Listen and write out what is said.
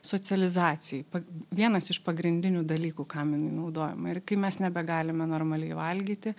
socializacijai pa vienas iš pagrindinių dalykų kam jinai naudojama ir kai mes nebegalime normaliai valgyti